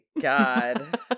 god